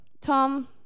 Tom